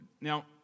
Now